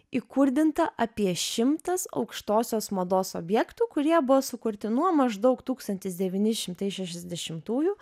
įkurdinta apie šimtas aukštosios mados objektų kurie buvo sukurti nuo maždaug tūkstantis devyni šimtai šešiasdešimtųjų